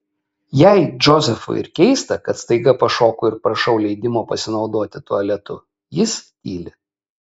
jei džozefui ir keista kad staiga pašoku ir prašau leidimo pasinaudoti tualetu jis tyli